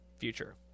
future